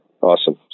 Awesome